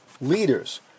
leaders